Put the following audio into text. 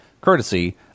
courtesy